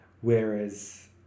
Whereas